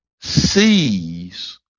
sees